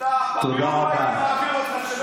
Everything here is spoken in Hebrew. שלא תזהם אותו.